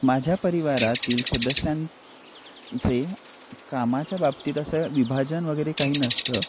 माझ्या परिवारातील सदस्यांचे कामाच्या बाबतीत असं विभाजन वगैरे काही नसतं